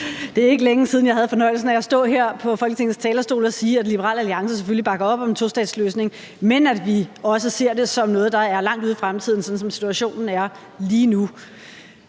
Det er ikke længe siden, jeg havde fornøjelsen af at stå her på Folketingets talerstol og sige, at Liberal Alliance selvfølgelig bakker op om en tostatsløsning, men at vi også ser det som noget, der er langt ude i fremtiden, sådan som situationen er lige nu.